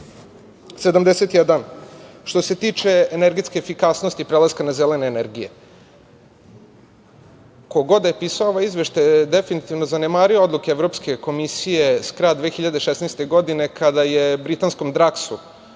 71, što se tiče energetske efikasnosti i prelaska na zelene energije. Ko god da je pisao ovaj izveštaj je definitivno zanemario odluke Evropske komisije s kraja 2016. godine, kada je britanskom „Draksu“,